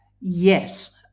Yes